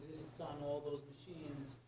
so on all those machines,